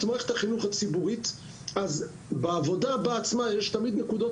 מערכת החינוך הציבורית אז בעבודה עצמה יש תמיד נקודות